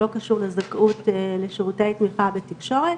שלא קשור לזכאות לשירותי תמיכה בתקשורת.